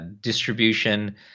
distribution